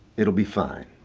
it'll be fine.